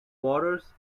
waters